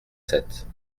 sept